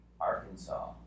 Arkansas